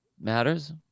Matters